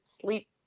sleep